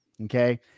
Okay